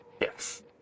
Yes